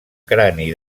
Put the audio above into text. crani